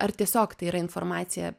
ar tiesiog tai yra informacija